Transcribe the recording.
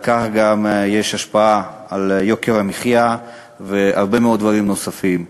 כך גם יש השפעה על יוקר המחיה ועל הרבה מאוד דברים נוספים.